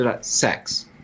sex